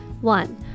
One